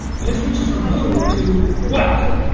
then it switches from who? to what?